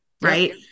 Right